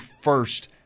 first